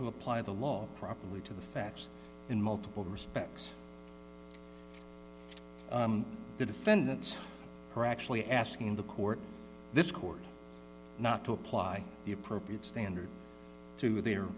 to apply the law properly to the facts in multiple respects the defendants were actually asking the court this court not to apply the appropriate standard to their